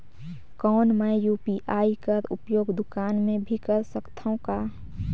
कौन मै यू.पी.आई कर उपयोग दुकान मे भी कर सकथव का?